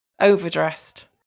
overdressed